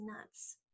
nuts